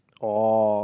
oh